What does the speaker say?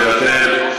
מוותר,